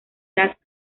las